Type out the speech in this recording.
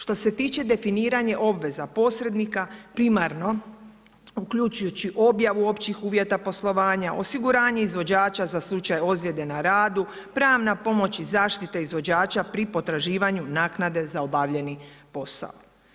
Što se tiče definiranje obveza posrednika primarno uključujući objavu općih uvjeta poslovanja, osiguranje izvođača za slučaj ozljede na radu, pravna pomoć i zaštite izvođača pri potraživanju naknade za obavljeni posao.